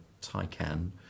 Taycan